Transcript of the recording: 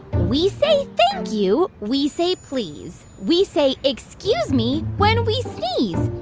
we say thank you. we say please. we say excuse me when we sneeze.